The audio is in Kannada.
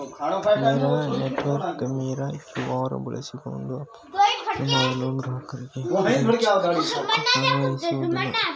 ಮೇರಾ ನೆಟ್ವರ್ಕ್ ಮೇರಾ ಕ್ಯೂ.ಆರ್ ಬಳಸಿಕೊಂಡು ಪಾವತಿಗಳನ್ನು ಮಾಡಲು ಗ್ರಾಹಕರಿಗೆ ಯಾವುದೇ ಹೆಚ್ಚುವರಿ ಶುಲ್ಕ ಅನ್ವಯಿಸುವುದಿಲ್ಲ